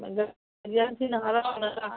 ꯑꯗ ꯑꯣꯖꯥꯁꯤꯡꯅ ꯍꯔꯥꯎꯔꯒ